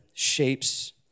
shapes